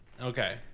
Okay